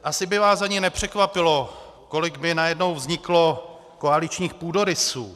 Asi by vás ani nepřekvapilo, kolik by najednou vzniklo koaličních půdorysů.